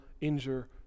injure